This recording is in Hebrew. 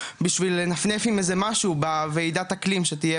בשביל לנפנף עם איזה משהו בוועידת האקלים שתהיה